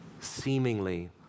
Seemingly